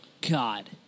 God